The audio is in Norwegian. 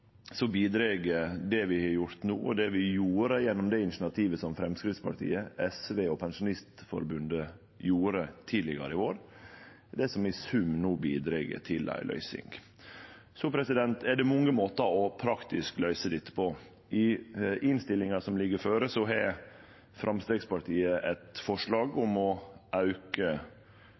det vi gjer no, og det vi gjorde gjennom det initiativet som Framstegspartiet, SV og Pensjonistforbundet hadde tidlegare i vår, er det som i sum no bidreg til ei løysing. Det er mange måtar å løyse dette på i praksis. I innstillinga som ligg føre, har Framstegspartiet eit forslag om å auke